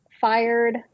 fired